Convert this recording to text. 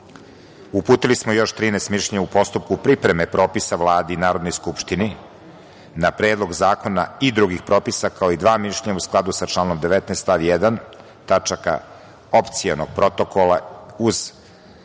smo još 13 mišljenja u postupku pripreme propisa Vladi i Narodnoj skupštini na Predlog zakona i drugih propisa, kao i dva mišljenja u skladu sa članom 19. stav 1. tačaka Opcionog protokola uz